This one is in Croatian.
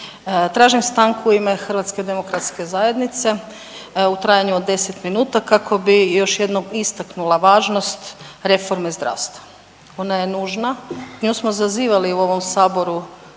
Tražim stanku u ime Hrvatske demokratske zajednice u trajanju od 10 minuta kako bih još jednom istaknula važnost reforme zdravstva. Ona je nužna, nju smo zazivali u ovom Saboru